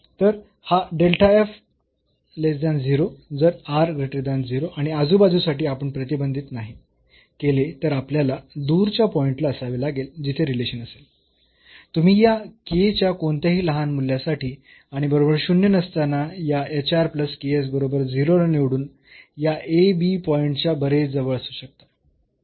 तर हा जर आणि आजूबाजूसाठी आपण प्रतिबंधित नाही केले तर आपल्याला दूरच्या पॉईंट ला असावे लागेल जिथे रिलेशन असेल तुम्ही या k च्या कोणत्याही लहान मूल्यासाठी आणि बरोबर शून्य नसताना या बरोबर 0 ला निवडून या ab पॉईंट च्या बरेच जवळ असू शकता